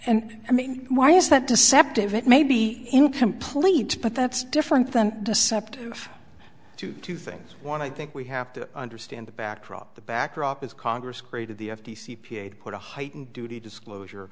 and i mean why is that deceptive it may be incomplete but that's different than deceptive to two things one i think we have to understand the backdrop the backdrop is congress created the f t c put a heightened duty disclosure